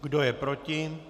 Kdo je proti?